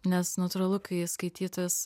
nes natūralu kai skaitytojas